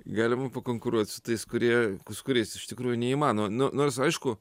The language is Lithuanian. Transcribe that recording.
galima pakonkuruot su tais kurie su kuriais iš tikrųjų neįmanoma nu nors aišku